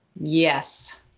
Yes